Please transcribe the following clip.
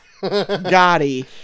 Gotti